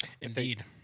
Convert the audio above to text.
Indeed